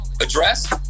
address